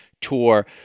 tour